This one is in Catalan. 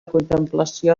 contemplació